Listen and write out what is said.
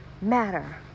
matter